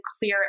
clear